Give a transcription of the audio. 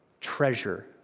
treasure